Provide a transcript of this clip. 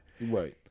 Right